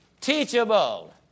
teachable